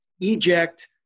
Eject